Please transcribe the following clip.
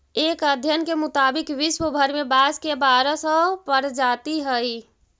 एक अध्ययन के मुताबिक विश्व भर में बाँस के बारह सौ प्रजाति हइ